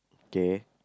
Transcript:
okay